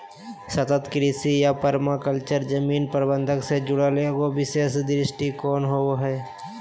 सतत कृषि या पर्माकल्चर जमीन प्रबन्धन से जुड़ल एगो विशेष दृष्टिकोण होबा हइ